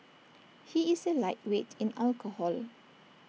he is A lightweight in alcohol